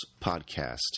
Podcast